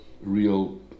real